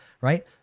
right